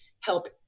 help